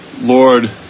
Lord